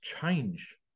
change